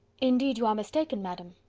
indeed, you are mistaken, madam.